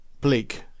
Bleak